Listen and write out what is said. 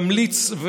ממליץ,